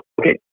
Okay